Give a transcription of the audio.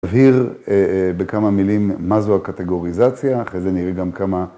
תבהיר בכמה מילים מה זו הקטגוריזציה, אחרי זה נראה גם כמה...